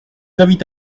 invite